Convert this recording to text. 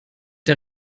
der